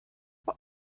what